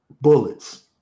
bullets